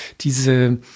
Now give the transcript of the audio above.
diese